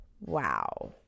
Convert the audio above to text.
wow